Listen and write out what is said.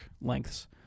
lengths